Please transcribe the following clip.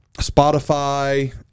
spotify